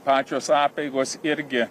pačios apeigos irgi